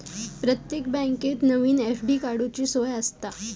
प्रत्येक बँकेत नवीन एफ.डी काडूची सोय आसता